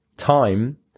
Time